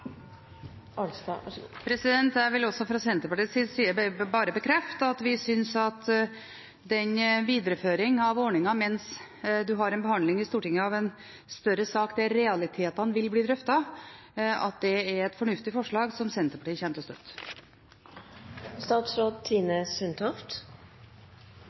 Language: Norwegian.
Jeg vil også fra Senterpartiets side bare bekrefte at vi synes at en videreføring av ordningen mens man har en behandling i Stortinget av en større sak der realitetene vil bli drøftet, er et fornuftig forslag som Senterpartiet kommer til å støtte.